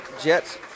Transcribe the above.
Jets